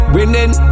Winning